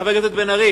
חבר הכנסת בן-ארי,